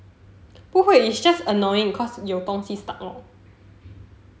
不会 it's just annoying cause 有东西 stuck lor